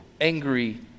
angry